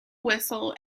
whistle